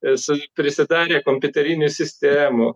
jisai prisidarė kompiuterinių sistemų